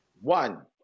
One